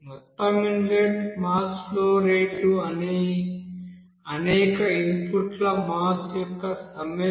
మొత్తం inlet mass flow rate అనేక ఇన్పుట్ల మాస్ యొక్క సమ్మషన్